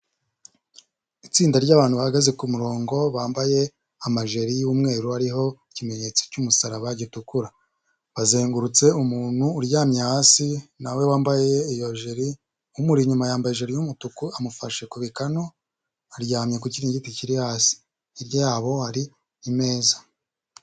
Itsinda ryabantu bahagaze kumurongo bambaye amajire y'umweru ariho ikimenyetso cy'umusaraba gitukura, bazengurutse umuntu uryamye hasi nawe wambaye iyo jire, umuri inyuma yambaye ijire y'umutuku amufashe ku bikanu aryamye ku kiringiti kiri hasi, hirya yabo hari imeza.